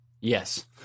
Yes